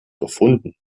gefunden